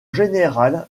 général